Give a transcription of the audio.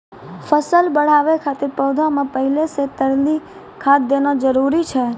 फसल बढ़ाबै खातिर पौधा मे पहिले से तरली खाद देना जरूरी छै?